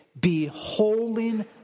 Beholding